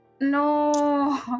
No